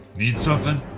need something?